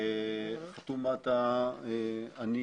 אני,